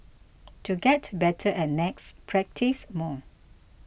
to get better at maths practise more